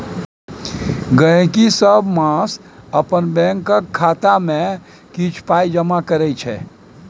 गहिंकी सब मास अपन बैंकक खाता मे किछ पाइ जमा करै छै